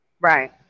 Right